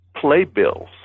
playbills